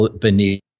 beneath